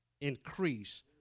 increase